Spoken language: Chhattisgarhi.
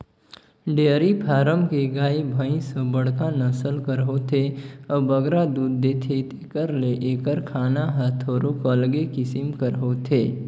डेयरी फारम के गाय, भंइस ह बड़खा नसल कर होथे अउ बगरा दूद देथे तेकर ले एकर खाना हर थोरोक अलगे किसिम कर होथे